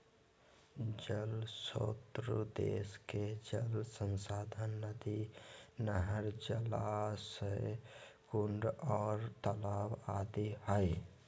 जल श्रोत देश के जल संसाधन नदी, नहर, जलाशय, कुंड आर तालाब आदि हई